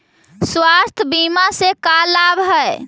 स्वास्थ्य बीमा से का लाभ है?